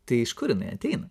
tai iš kur jinai ateina